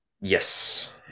Yes